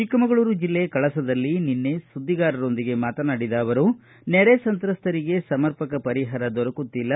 ಚಿಕ್ಕಮಗಳೂರು ಜಿಲ್ಲೆ ಕಳಸದಲ್ಲಿ ನಿನ್ನೆ ಸುದ್ದಿಗಾರರೊಂದಿಗೆ ಮಾತನಾಡಿದ ಅವರು ನೆರೆ ಸಂತ್ರಸ್ತರಿಗೆ ಸಮರ್ಪಕ ಪರಿಹಾರ ದೊರಕುತ್ತಿಲ್ಲ